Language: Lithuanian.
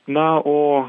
na o